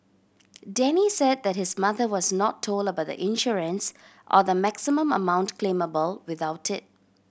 Denny said that his mother was not told about the insurance or the maximum amount claimable without it